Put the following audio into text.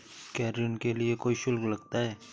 क्या ऋण के लिए कोई शुल्क लगता है?